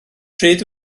pryd